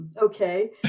okay